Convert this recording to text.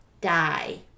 die